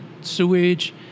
sewage